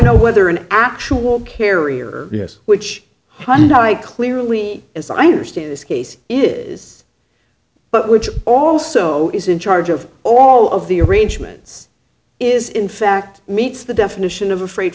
know whether an actual carrier yes witch hunt i clearly as i understand this case is but which also is in charge of all of the arrangements is in fact meets the definition of a fr